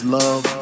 love